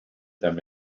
them